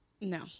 No